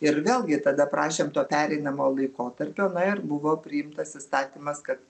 ir vėlgi tada prašėm to pereinamojo laikotarpio na ir buvo priimtas įstatymas kad